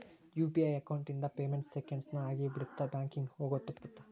UPI account ಇಂದ payment seconds ನ ಆಗಿಬಿಡತ್ತ ಬ್ಯಾಂಕಿಂಗ್ ಹೋಗೋದ್ ತಪ್ಪುತ್ತ